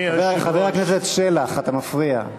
חבר הכנסת שלח, אתה מפריע.